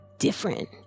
different